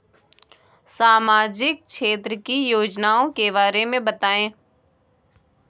सामाजिक क्षेत्र की योजनाओं के बारे में बताएँ?